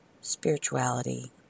Spirituality